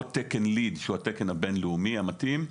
או תקן LEED שהוא התקן הבינלאומי המתאים.